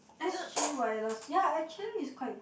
s_g wireless yeah actually it's quite good